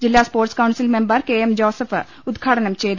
ജില്ലാ sports council member K M Joseph ഉദ്ഘാടനം ചെയ്തു